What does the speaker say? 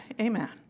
Amen